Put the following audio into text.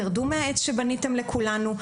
תרדו מהעץ שבניתם לכולנו,